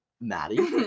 Maddie